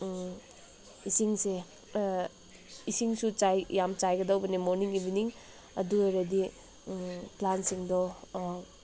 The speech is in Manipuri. ꯏꯁꯤꯡꯁꯦ ꯏꯁꯤꯡꯁꯨ ꯌꯥꯝ ꯆꯥꯏꯒꯗꯕꯅꯦ ꯃꯣꯔꯅꯤꯡ ꯏꯚꯤꯅꯤꯡ ꯑꯗꯨ ꯑꯣꯏꯔꯗꯤ ꯄ꯭ꯂꯥꯟꯁꯤꯡꯗꯣ